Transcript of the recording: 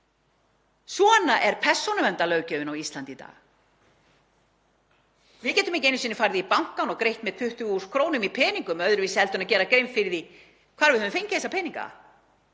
Svona er persónuverndarlöggjöfin á Íslandi í dag. Við getum ekki einu sinni farið í bankann og greitt með 20.000 kr. í peningum öðruvísi heldur en að gera grein fyrir því hvar við höfum fengið þessa peninga.